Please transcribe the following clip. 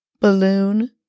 balloon